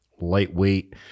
lightweight